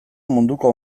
munduko